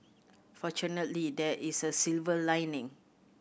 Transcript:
fortunately there is a silver lining